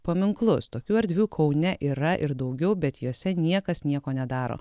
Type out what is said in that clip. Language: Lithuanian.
paminklus tokių erdvių kaune yra ir daugiau bet jose niekas nieko nedaro